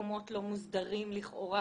במקומות לא מוסדרים לכאורה,